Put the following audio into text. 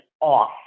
off